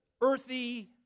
earthy